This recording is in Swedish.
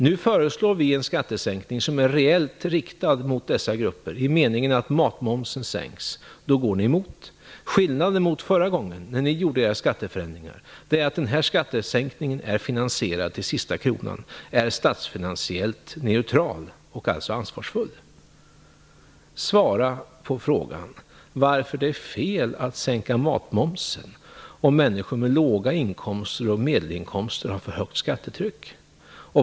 Nu föreslår vi en skattesänkning som är reellt riktad mot dessa grupper i den meningen att matmomsen sänks, och då är ni emot förslaget. Skillnaden mot förra gången, när ni genomförde era skatteförändringar, är att denna skattesänkning är finansierad till sista kronan, statsfinansiellt neutral och alltså ansvarsfull. Svara på frågan varför det är fel att sänka matmomsen, om människor med låga inkomster och medelinkomster har för högt skattetryck.